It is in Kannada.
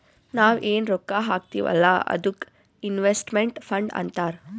ನಾವ್ ಎನ್ ರೊಕ್ಕಾ ಹಾಕ್ತೀವ್ ಅಲ್ಲಾ ಅದ್ದುಕ್ ಇನ್ವೆಸ್ಟ್ಮೆಂಟ್ ಫಂಡ್ ಅಂತಾರ್